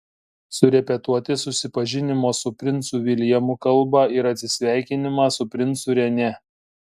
surepetuoti susipažinimo su princu viljamu kalbą ir atsisveikinimą su princu renė